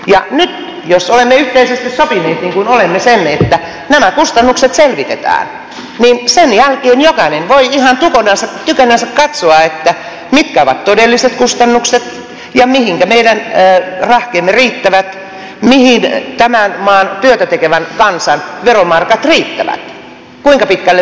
nyt jos olemme yhteisesti sopineet niin kuin olemme sen että nämä kustannukset selvitetään sen jälkeen jokainen voi ihan tykönänsä katsoa mitkä ovat todelliset kustannukset ja mihinkä meidän rahkeemme riittävät mihin tämän maan työtä tekevän kansan veromarkat riittävät kuinka pitkälle voidaan mennä